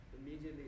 immediately